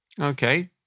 Okay